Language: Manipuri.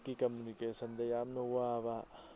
ꯀꯤ ꯀꯝꯃꯨꯅꯤꯀꯦꯁꯟꯗ ꯌꯥꯝꯅ ꯋꯥꯕ